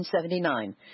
1979